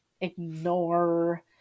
ignore